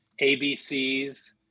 ABCs